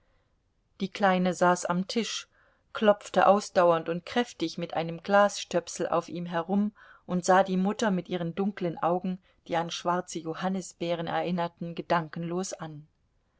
die kleine saß am tisch klopfte ausdauernd und kräftig mit einem glasstöpsel auf ihm herum und sah die mutter mit ihren dunklen augen die an schwarze johannisbeeren erinnerten gedankenlos an